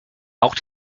auch